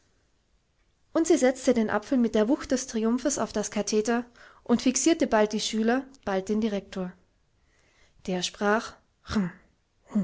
und sie setzte den apfel mit der wucht des triumphes auf das katheder und fixierte bald die schüler bald den direktor der sprach